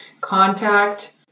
contact